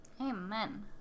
Amen